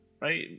right